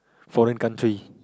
foreign country